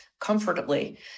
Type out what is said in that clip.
comfortably